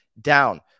down